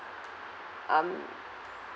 um